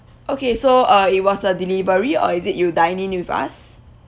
okay so uh it was a delivery or is it you dine in with us